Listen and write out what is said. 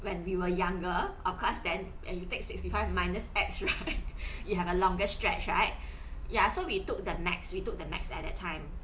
when we were younger of course then when you take sixty five minus X or you have a longer stretch right ya so we took the max we took the max at that time